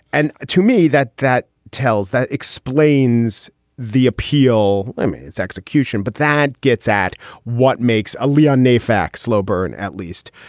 and to me, that that tells that explains the appeal. i mean, it's execution, but that gets at what makes a leon neyfakh slow burn at least.